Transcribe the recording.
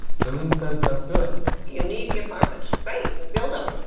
shirlene says that's good you need the apartments, great, build them.